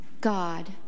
God